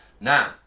now